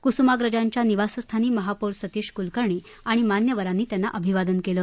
कुसुमाग्रजांच्या निवासस्थानी महापौर सतीश कुलकर्णी आणि मान्यवरांनी त्यांना अभिवादन केलं